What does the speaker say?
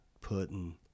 putting